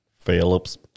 Phillips